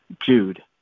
Jude